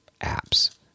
apps